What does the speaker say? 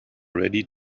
ready